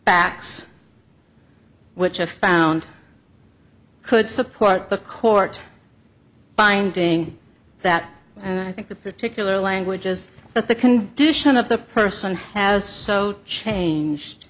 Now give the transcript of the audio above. backs which i found could support the court finding that and i think the particular language is that the condition of the person has so changed